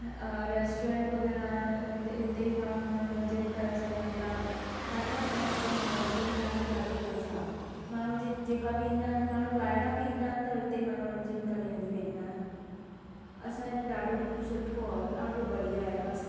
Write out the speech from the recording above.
अ restaurant वगै़राह आहिनि उते ई माण्हू मनोरंजन करे सघनि था ॾाढा असांजे इते मनोरंजन करण लाइ ॾाढो कुझु आहे माण्हू जे जेका बि ईंदा आहिनि ॿाहिरां बि ईंदा आहिनि त इते ई मनोरंजन करे हली वेंदा आहिनि असां ए इते ॾाढो सुठो आहे ॾाढो बढ़िया आहे मस्तु